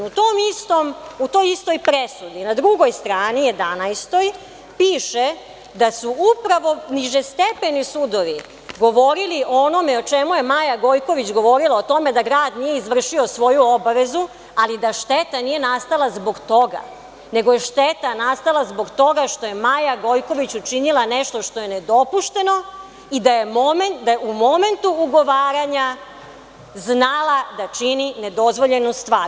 U tom istoj presudi na drugoj strani, jedanaestoj, piše, da su upravo nižestepeni sudovi govorili o onome o čemu je Maja Gojković govorila o tome da grad nije izvršio svoju obavezu, ali da šteta nije nastala zbog toga, nego je šteta nastala zbog toga što je Maja Gojković učinila nešto što je nedopušteno i da je u momentu ugovaranja znala da čini nedozvoljenu stvar.